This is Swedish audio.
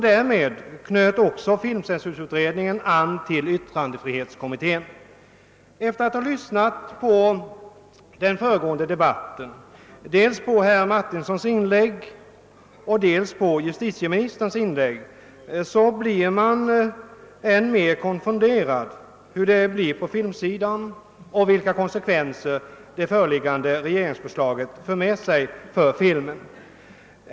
Därmed knöt också filmcensurutredningen an till yttrandefrihetskommittén. Efter att ha lyssnat dels på herr Martinssons inlägg, dels på justitieministerns inlägg i den föregående debatten, blir man än mera konfunderad och undrar hur det blir på filmsidan och vilka konsekvenser det föreliggande regeringsförslaget för med sig för filmen.